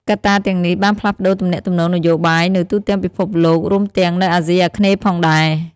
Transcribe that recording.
កត្តាទាំងនេះបានផ្លាស់ប្តូរទំនាក់ទំនងនយោបាយនៅទូទាំងពិភពលោក រួមទាំងនៅអាស៊ីអាគ្នេយ៍ផងដែរ។